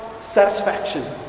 satisfaction